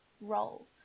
role